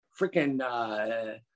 freaking